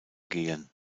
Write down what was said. gehen